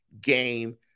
game